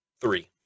three